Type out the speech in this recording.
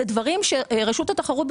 אלה דברים שרשות התחרות,